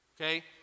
okay